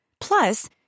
Plus